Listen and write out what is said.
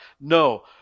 No